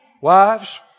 Wives